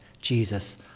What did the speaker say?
Jesus